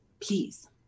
Please